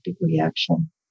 reaction